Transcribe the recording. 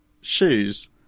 shoes